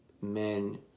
men